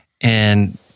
and-